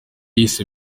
yise